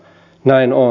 näin on